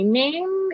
name